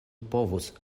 povus